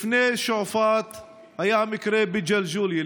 לפני שועפאט היה המקרה בג'לג'וליה,